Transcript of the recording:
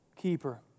keeper